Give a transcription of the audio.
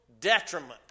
detriment